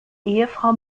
ehefrau